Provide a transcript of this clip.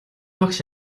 багш